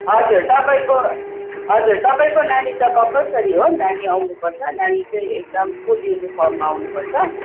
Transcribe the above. हजुर तपाईँको हजुर तपाईँको नानी त कम्पलसरी हो नानी आउनुपर्छ नानी चाहिँ एकदम स्कुल युनिफर्ममा आउनुपर्छ